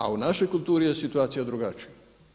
A u našoj kulturi je situacija drugačija.